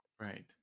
Right